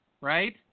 Right